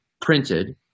printed